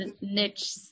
niche